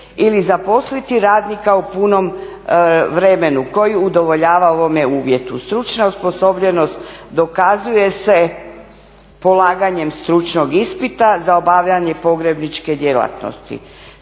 ili zaposliti radnika u punom vremenu koji udovoljava ovom uvjeti. Stručno osposobljenost dokazuje se polaganjem stručnog ispita za obavljanje pogrebničke djelatnosti.